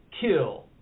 kill